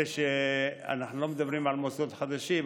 אנחנו לא מדברים על מוסדות חדשים,